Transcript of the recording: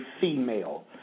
female